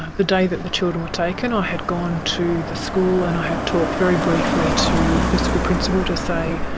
the day that the children were taken, i had gone to the school, and i had talked very briefly to the school principal to say,